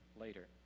later